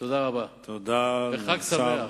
תודה רבה וחג שמח.